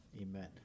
Amen